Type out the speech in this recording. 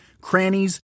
crannies